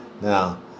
Now